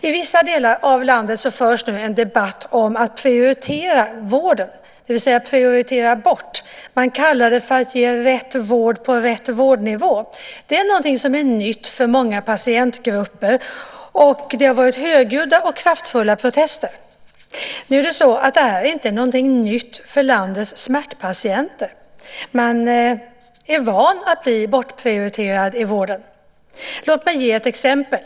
I vissa delar av landet förs nu en debatt om att prioritera vården, det vill säga prioritera bort. Man kallar det för att ge rätt vård på rätt vårdnivå. Det är någonting som är nytt för många patientgrupper, och det har varit högljudda och kraftfulla protester. Nu är dock detta inte någonting nytt för landets smärtpatienter. De är vana att bli bortprioriterade i vården. Låt mig ge ett exempel.